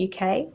UK